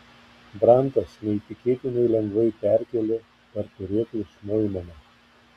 brantas neįtikėtinai lengvai perkėlė per turėklus noimaną